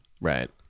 right